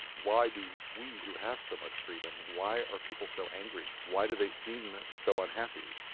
why do we, who have so much freedom, why are people so angry? why do they seem so unhappy?